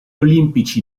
olimpici